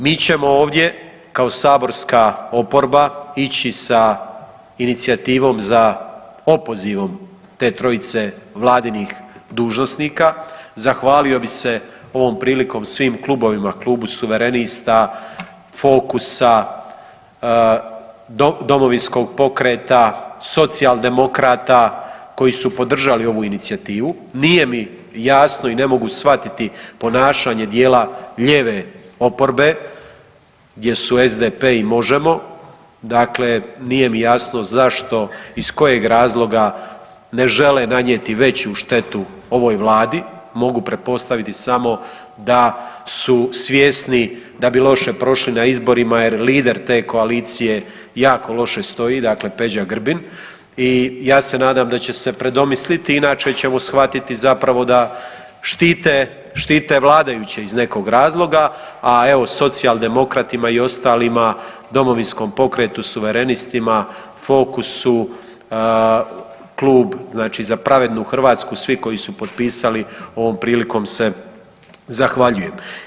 Mi ćemo ovdje kao saborska oporba ići sa inicijativom za opozivom te trojice Vladinih dužnosnika, zahvalio bih se ovom prilikom svim klubovima, Klubu suverenista, Fokusa, Domovinskog pokreta, socijaldemokrata, koji su podržali ovu inicijativu, nije mi jasno i ne mogu shvatiti ponašanje dijela lijeve oporbe gdje su SDP i Možemo!, dakle nije mi jasno zašto, iz kojeg razloga ne žele nanijeti veću štetu ovoj Vladi, mogu pretpostaviti samo da su svjesni da bi loše prošli na izborima jer lider te koalicije jako loše stoji, dakle Peđa Grbin i ja se nadam da će se predomisliti, inače ćemo shvatiti zapravo da štite vladajuće iz nekog razloga, a evo, socijaldemokratima i ostalima, Domovinsko, pokretu, suverenistima, Fokusu, klub znači Za pravednu Hrvatsku, svi koji su potpisali, ovom prilikom se zahvaljujem.